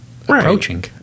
approaching